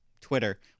Twitter